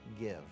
give